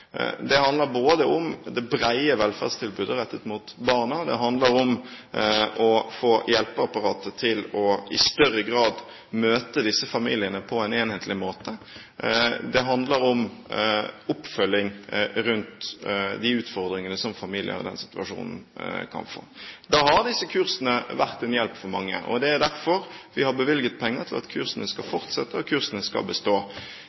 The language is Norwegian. Det handler både om det brede velferdstilbudet rettet mot barna og om å få hjelpeapparatet til i større grad å møte disse familiene på en enhetlig måte. Det handler om oppfølging rundt de utfordringene som familier i den situasjonen kan få. Da har disse kursene vært en hjelp for mange, og det er derfor vi har bevilget penger til at kursene skal fortsette og kursene skal bestå.